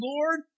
Lord